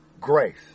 Grace